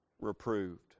reproved